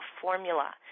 formula